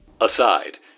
Aside